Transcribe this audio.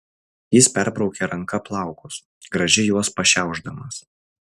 jis perbraukė ranka plaukus gražiai juos pašiaušdamas